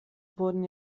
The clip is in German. wurden